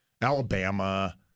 Alabama